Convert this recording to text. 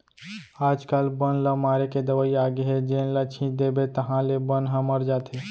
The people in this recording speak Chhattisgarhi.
आजकाल बन ल मारे के दवई आगे हे जेन ल छिंच देबे ताहाँले बन ह मर जाथे